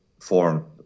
form